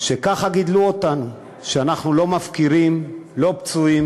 ככה גידלו אותנו, שאנחנו לא מפקירים פצועים,